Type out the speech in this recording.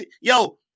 Yo